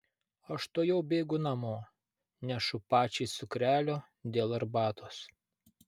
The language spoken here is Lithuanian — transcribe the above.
aš tuojau bėgu namo nešu pačiai cukrelio dėl arbatos